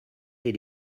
did